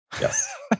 Yes